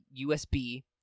USB